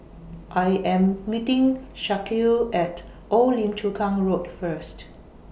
I Am meeting Shaquille At Old Lim Chu Kang Road First